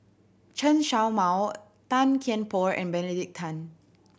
Chen Show Mao Tan Kian Por and Benedict Tan